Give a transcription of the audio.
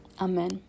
Amen